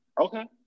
Okay